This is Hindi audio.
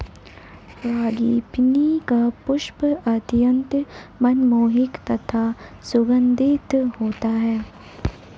फ्रांगीपनी का पुष्प अत्यंत मनमोहक तथा सुगंधित होता है